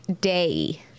Day